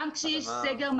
גם כשיש סגר,